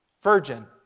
virgin